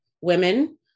women